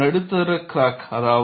இது ஒரு நடுத்தர கிராக்